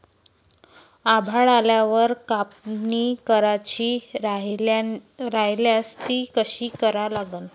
आभाळ आल्यावर कापनी करायची राह्यल्यास ती कशी करा लागन?